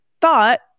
thought